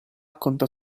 conta